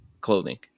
clothing